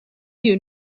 you